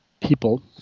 people